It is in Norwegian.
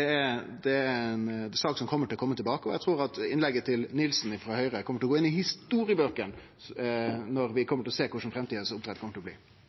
er ei sak som vil kome tilbake, og eg trur at innlegget til Nilsen frå Høgre kjem til å gå inn i historiebøkene når vi